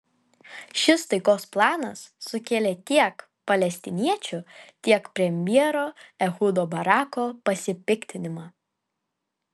šis taikos planas sukėlė tiek palestiniečių tiek premjero ehudo barako pasipiktinimą